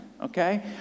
okay